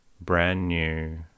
brand-new